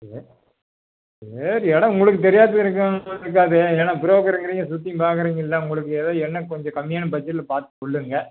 எது சரி இடம் உங்களுக்கு தெரியாதுங்கிறது ஒன்றும் இருக்காது ஏன்னால் ப்ரோகருங்கிறீங்க சுற்றி பார்க்குறீங்கள்ல உங்களுக்கு ஏதோ என்ன கொஞ்சம் கம்மியான பட்ஜெட்டில் பார்த்து சொல்லுங்கள்